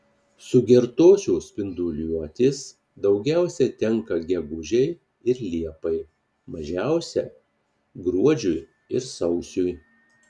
sugertosios spinduliuotės daugiausiai tenka gegužei ir liepai mažiausia gruodžiui ir sausiui